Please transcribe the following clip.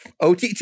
OTT